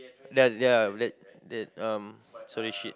ya ya that that um sorry shit